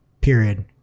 period